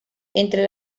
entre